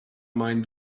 mind